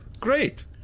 Great